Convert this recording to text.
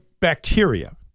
bacteria